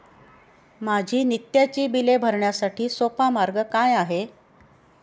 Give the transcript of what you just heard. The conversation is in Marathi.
माझी नित्याची बिले भरण्यासाठी सोपा मार्ग काय आहे?